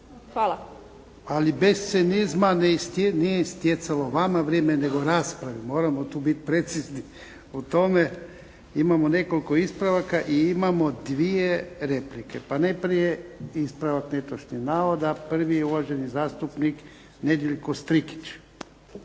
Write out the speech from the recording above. (HDZ)** Ali bez cinizma. Nije istjecalo vama vrijeme nego raspravi, moramo tu biti precizni u tome. Imamo nekoliko ispravaka i imamo dvije replike. Najprije ispravak netočnog navoda. Prvi je uvaženi zastupnik Nedjeljko Strikić.